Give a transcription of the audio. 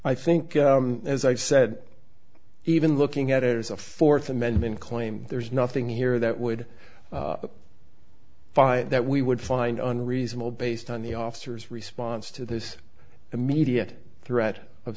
i think as i said even looking at it as a fourth amendment claim there's nothing here that would fight that we would find unreasonable based on the officer's response to this immediate threat of